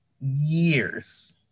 years